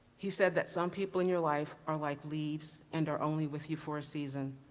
he said that some people in your life are like leaves, and are only with you for a season.